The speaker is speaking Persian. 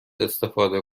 استفاده